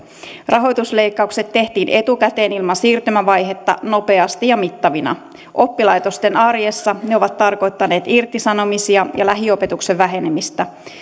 rahoitusleikkaukset tehtiin etukäteen ilman siirtymävaihetta nopeasti ja mittavina oppilaitosten arjessa ne ovat tarkoittaneet irtisanomisia ja lähiopetuksen vähenemistä